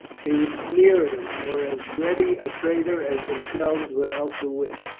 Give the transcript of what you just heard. they would sneer at him for as ready a traitor as themselves without the wit.